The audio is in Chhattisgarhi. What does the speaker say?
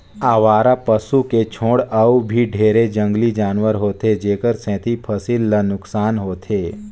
अवारा पसू के छोड़ अउ भी ढेरे जंगली जानवर होथे जेखर सेंथी फसिल ल नुकसान होथे